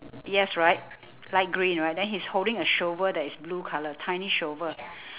yes right light green right then he's holding a shovel that is blue colour right tiny shovel